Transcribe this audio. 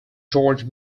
george